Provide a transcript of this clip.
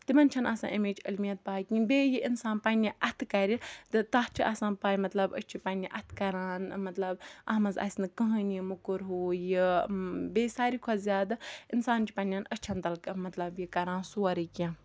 تِمَن چھَنہٕ آسان امِچ علمِیَت پاے کِینٛہہ بیٚیہِ یہِ اِنسان پَننہِ اَتھٕ کَرِ تہٕ تَتھ چھُ آسان پاے مَطلَب أسۍ چھِ پَننہِ اَتھٕ کَران مَطلَب اتھ مَنٛز آسنہٕ کٕہٕنۍ یہِ موٚکُر ہُہ یہِ بیٚیہِ ساروی کھۄتہٕ زیادٕ اِنسان چھُ پَننٮ۪ن أچھَن تَل مَطلَب یہِ کَران سورُے کینٛہہ